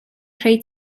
creu